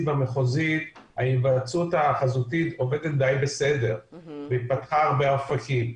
והמחוזית ההיוועצות החזותית עובדת די בסדר והיא פתחה הרבה אופקים,